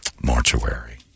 mortuary